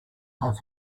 have